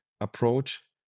approach